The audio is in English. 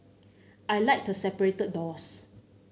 I like the separated doors